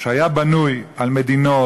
שהיה בנוי על מדינות,